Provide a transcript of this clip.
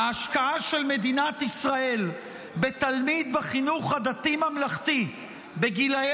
ההשקעה של מדינת ישראל בתלמיד בחינוך הדתי-ממלכתי בגילי